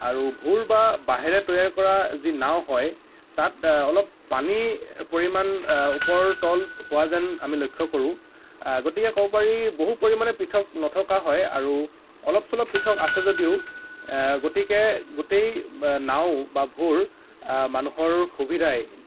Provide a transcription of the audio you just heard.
আৰু ভূৰ বা বাঁহেৰে তৈয়াৰ কৰা যি নাও হয় তাত অলপ পানীৰ পৰিমাণ ওপৰ তল হোৱা যেন আমি লক্ষ্য় কৰোঁ গতিকে ক'ব পাৰি বহু পৰিমাণে পৃথক নথকা হয় আৰু অলপ চলপ পৃথক আছে যদিও গতিকে গোটেই নাও বা ভুঁৰ মানুহৰ সুবিধাই